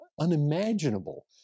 unimaginable